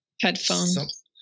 headphones